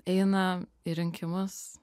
eina į rinkimus